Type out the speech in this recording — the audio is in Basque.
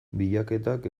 bilaketak